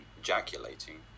ejaculating